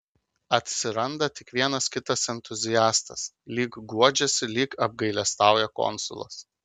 atsiranda tik vienas kitas entuziastas lyg guodžiasi lyg apgailestauja konsulas